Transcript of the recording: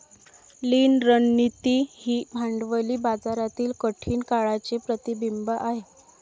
लीन रणनीती ही भांडवली बाजारातील कठीण काळाचे प्रतिबिंब आहे